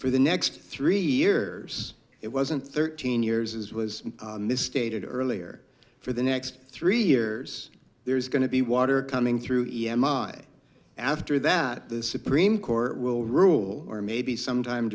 for the next three years it wasn't thirteen years as was stated earlier for the next three years there's going to be water coming through e m i after that the supreme court will rule or maybe sometime